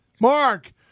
Mark